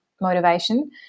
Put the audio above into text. motivation